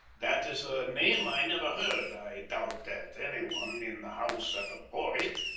that is a name i never heard i doubt that any one in the house ever bore it.